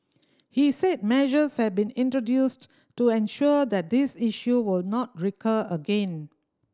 he said measures have been introduced to ensure that this issue will not recur again